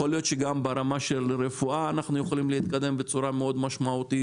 יכול להיות שגם ברמה של רפואה אנחנו יכולים להתקדם בצורה מאוד משמעותית,